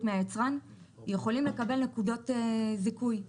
מהיצרן יכולים לקבל נקודות זיכוי בבטיחות.